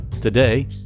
Today